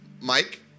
Mike